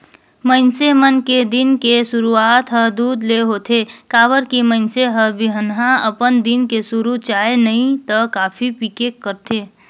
मइनसे मन के दिन के सुरूआत हर दूद ले होथे काबर की मइनसे हर बिहनहा अपन दिन के सुरू चाय नइ त कॉफी पीके करथे